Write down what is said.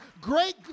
great